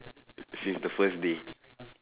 since the first day